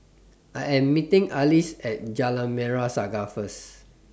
I Am meeting Alease At Jalan Merah Saga First